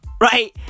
Right